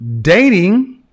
dating